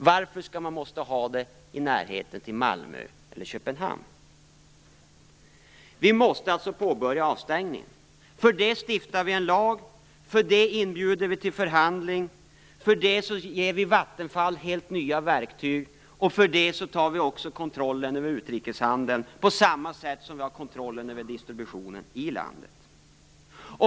Varför skall man då ha ett kärnkraftverk i närheten av Malmö eller Köpenhamn? Vi måste påbörja avstängningen. Därför stiftar vi en lag, inbjuder till förhandling, ger Vattenfall helt nya verktyg och tar kontrollen över utrikeshandeln på samma sätt som vi har kontrollen över distributionen i landet.